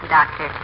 Doctor